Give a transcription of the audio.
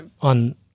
On